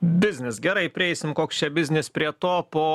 biznis gerai prieisim koks čia biznis prie to po